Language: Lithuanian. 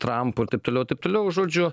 trampu ir taip toliau taip toliau žodžiu